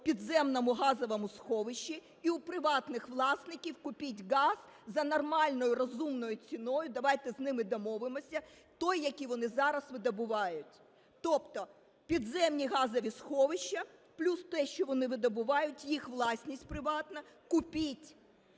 підземному газовому сховищі і в приватних власників купіть газ за нормальною розумною ціною, давайте з ними домовимося, той, який вони зараз видобувають. Тобто підземні газові сховища плюс те, що вони видобувають, їх власність приватна, купіть.